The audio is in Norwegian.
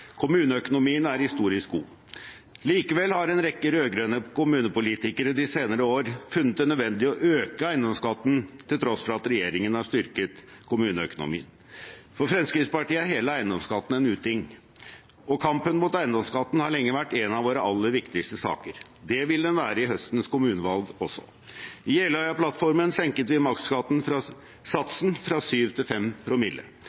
Kommuneøkonomien er historisk god. Likevel har en rekke rød-grønne kommunepolitikere de senere årene funnet det nødvendig å øke eiendomsskatten til tross for at regjeringen har styrket kommuneøkonomien. For Fremskrittspartiet er hele eiendomsskatten en uting, og kampen mot eiendomsskatten har lenge vært en av våre aller viktigste saker. Det vil den være i høstens kommunevalg også. I Jeløya-plattformen senket vi makssatsen fra